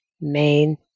main